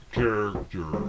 character